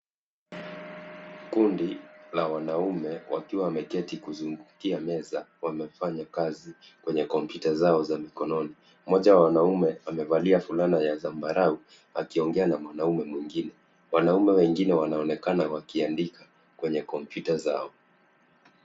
Kundi la wanaume wakiwa wameketi kuzungukia meza wakifanya kazi kwenye computer zao za mkononi. Mmoja wa wanaume amevalia fulana ya zambarau akiongea na mwanaume mwingine wanaume wengine wanaonekana wakiandika kwenye computer zao.